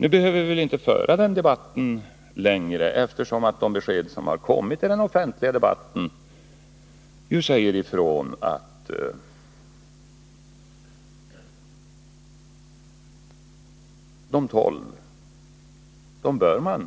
Nu behöver vi inte föra den debatten längre, eftersom de besked som kommit i den offentliga debatten säger ifrån att man bör